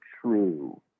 true